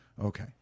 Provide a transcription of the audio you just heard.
Okay